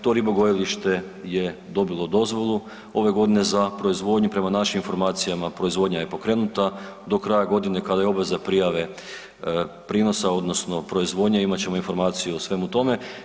To ribogojilište je dobilo dozvolu ove godine za proizvodnju, prema našim informacijama proizvodnja je pokrenuta, do kraja godine kada je obveza prijave prinosa odnosno proizvodnje imat ćemo informaciju o svemu tome.